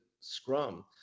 scrum